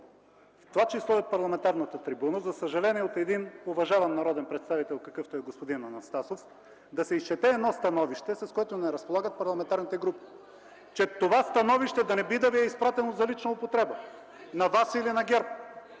в това число и от парламентарната трибуна, за съжаление от един уважаван народен представител, какъвто е господин Анастасов, да се изчете едно становище, с което не разполагат парламентарните групи. Това становище да не би да ви е изпратено за лична употреба на вас или на ГЕРБ?